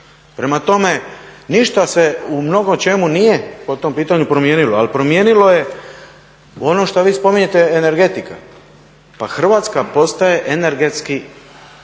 Prema tome, ništa se u mnogočemu nije po tom pitanju promijenilo, ali promijenilo ono što vi spominjete energetika. Pa Hrvatska postaje energetski neovisna,